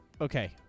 okay